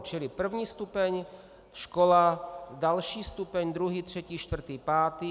Čili první stupeň škola, další stupeň druhý, třetí, čtvrtý, pátý.